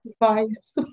advice